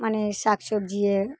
মানে শাক সবজি এ